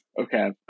Okay